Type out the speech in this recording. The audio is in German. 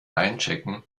einchecken